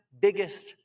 biggest